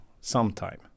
sometime